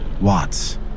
Watts